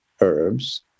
herbs